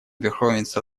верховенство